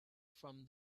from